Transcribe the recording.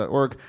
org